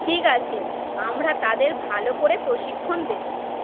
ঠিক আছে আমরা তাদের ভালো করে প্রশিক্ষণ দেবো